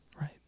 Right